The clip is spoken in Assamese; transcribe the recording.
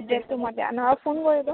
এড্ৰেচটো নহবা ফোন কৰিব